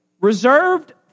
reserved